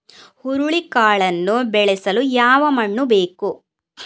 ಹುರುಳಿಕಾಳನ್ನು ಬೆಳೆಸಲು ಯಾವ ಮಣ್ಣು ಬೇಕು?